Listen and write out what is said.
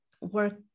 work